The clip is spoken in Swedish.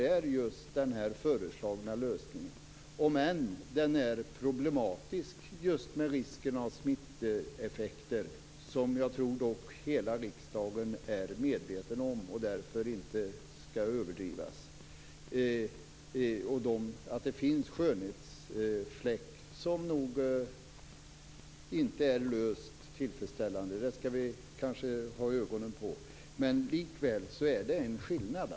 Även om den föreslagna lösningen är problematisk just med tanke på risken av smittoeffekter, som jag dock tror att hela riksdagen är medveten om och därför inte skall överdrivas och att det finns skönhetsfläckar som nog inte har fått en tillfredsställande lösning, vilket vi kanske skall ha ögonen på, finns det likväl en skillnad.